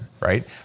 Right